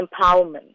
empowerment